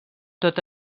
tot